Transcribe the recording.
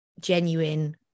genuine